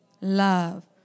love